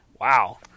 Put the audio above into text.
Wow